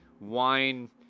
wine